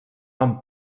amb